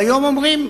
והיום אומרים: